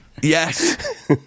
Yes